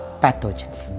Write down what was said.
pathogens